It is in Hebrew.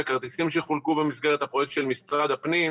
וכרטיסים שחולקו במסגרת הפרויקט של משרד הפנים,